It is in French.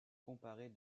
comparée